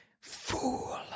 Fool